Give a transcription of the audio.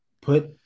put